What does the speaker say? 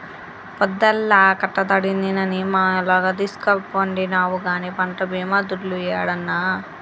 పొద్దల్లా కట్టబడితినని ములగదీస్కపండినావు గానీ పంట్ల బీమా దుడ్డు యేడన్నా